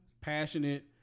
passionate